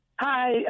Hi